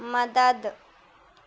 مدد